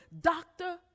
doctor